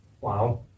Wow